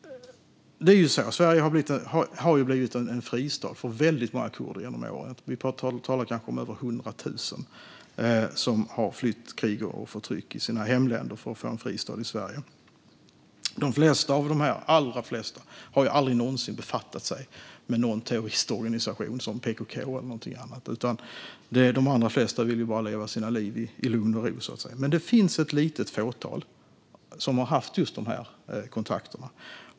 Genom åren har Sverige blivit en fristad för väldigt många kurder. Vi talar om kanske över 100 000 som har flytt krig och förtryck i sina hemländer för att få en fristad i Sverige. De allra flesta av dem har aldrig någonsin befattat sig med någon terroristorganisation som PKK eller någonting annat, utan de allra flesta vill bara leva sina liv i lugn och ro. Men det finns ett litet fåtal som har haft just de här kontakterna.